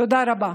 תודה רבה.